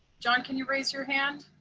john, can you raise your hand?